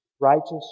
righteous